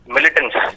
Militants